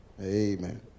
Amen